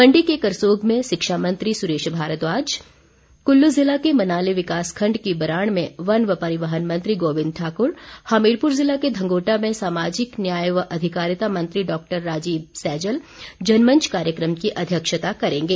मंडी के करसोग में शिक्षा मंत्री सुरेश भारद्वाज कुल्लू जिला के मनाली विकास खंड की बराण में वन व परिवहन मंत्री गोबिंद ठाक्र हमीरपुर जिला के धंगोटा में सामाजिक न्याय व अधिकारिता मंत्री डॉ राजीव सैजल जनमंच कार्यक्षता करेंगे